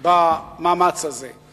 במאמץ הזה,